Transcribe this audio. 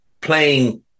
playing